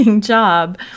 job